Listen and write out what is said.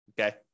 Okay